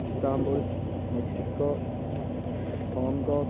Istanbul Mexico Hong Kong